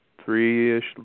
three-ish